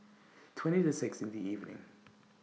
twenty to six in The evening